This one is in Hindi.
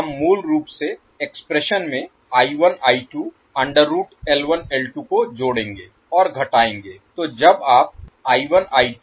हम मूल रूप से एक्सप्रेशन में को जोड़ेंगे और घटाएँगे